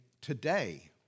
today